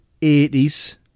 80s